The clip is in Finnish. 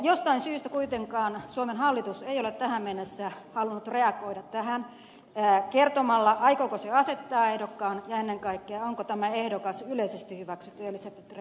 jostain syystä kuitenkaan suomen hallitus ei ole tähän mennessä halunnut reagoida tähän kertomalla aikooko se asettaa ehdokkaan ja ennen kaikkea onko tämä ehdokas yleisesti hyväksytty elisabeth rehn